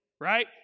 right